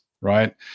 right